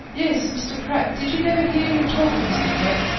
yes mr. pratt. did you never hear him talk of mr. pratt?